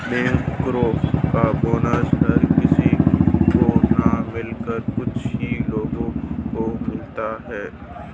बैंकरो का बोनस हर किसी को न मिलकर कुछ ही लोगो को मिलता है